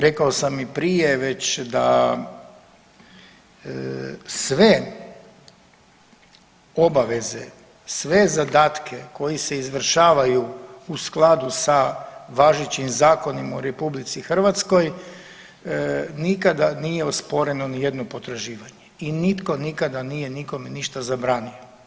Rekao sam i prije već da sve obaveze, sve zadatke koji se izvršavaju u skladu sa važećim zakonima u RH, nikada nije osporeno nijedno potraživanje i nitko nikada nije nikome ništa zabranio.